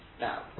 Now